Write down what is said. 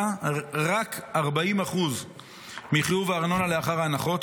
רק 40% מחיוב הארנונה לאחר ההנחות,